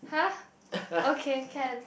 !huh! okay can